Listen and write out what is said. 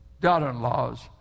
daughter-in-laws